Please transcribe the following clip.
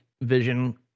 vision